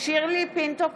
(קוראת בשם חברת הכנסת) שירלי פינטו קדוש,